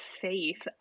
faith